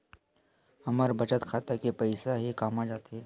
हमर बचत खाता के पईसा हे कामा जाथे?